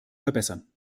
verbessern